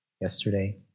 yesterday